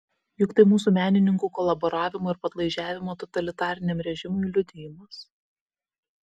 juk tai mūsų menininkų kolaboravimo ir padlaižiavimo totalitariniam režimui liudijimas